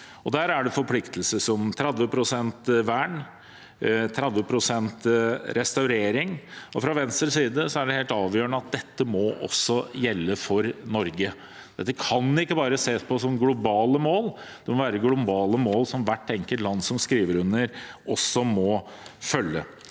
Der er det forpliktelser, som 30 pst. vern og 30 pst. restaurering. For Venstre er det helt avgjørende at dette også må gjelde for Norge. Dette kan ikke bare ses på som globale mål. Det må være globale mål som hvert enkelt land som skriver under, også må følge.